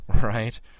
right